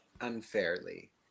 unfairly